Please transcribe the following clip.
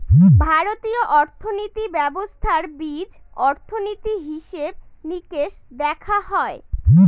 ভারতীয় অর্থনীতি ব্যবস্থার বীজ অর্থনীতি, হিসেব নিকেশ দেখা হয়